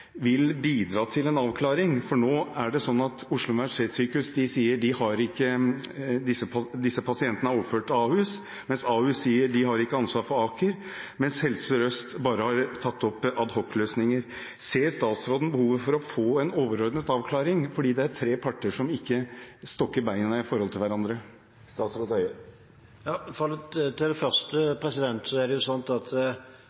vil bidra til en avklaring, for nå er det sånn at Oslo universitetssykehus sier at disse pasientene er overført til Ahus, mens Ahus sier at de ikke har ansvar for Aker, og Helse Sør-Øst bare har tatt opp ad hoc-løsninger. Ser statsråden behovet for å få en overordnet avklaring? Det er tre parter som ikke stokker beina i forhold til hverandre. Til det første: Oslo universitetssykehus er